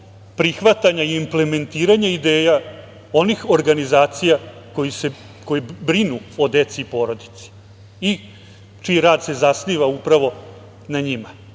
prihvatanja i implementiranja ideja onih organizacije koje brinu o deci i porodici i čiji rad se zasniva upravo na